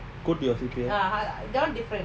could be a few K